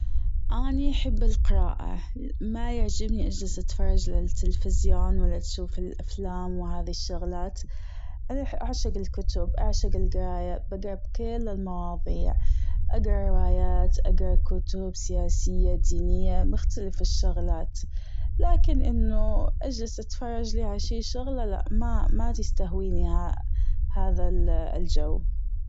أني احب القراءة مايعجبني أجلس أتفرج للتلفزيون ولا اشوف الأفلام وهذي الشغلات أنا أح- أعشج الكتب أعشج الجراية بجرا بكل المواضيع اجرا روايات اجرا كتب سياسية دينية مختلف الشغلات لكن أنه أجلس أتفرج على شي شغلة لأ لا ماتستهويني هذا الجو.